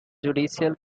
judicial